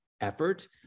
effort